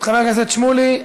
חבר הכנסת שמולי,